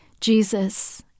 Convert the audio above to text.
Jesus